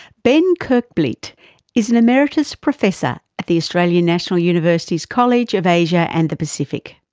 ben kerkvliet is an emeritus professor at the australian national university's college of asia and the pacific.